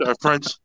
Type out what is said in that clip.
French